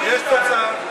יש תוצאה.